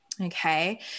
okay